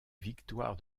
victoire